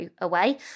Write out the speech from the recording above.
away